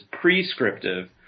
prescriptive